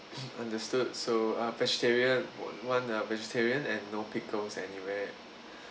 understood so uh vegetarian one uh vegetarian and no pickles anywhere